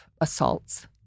assaults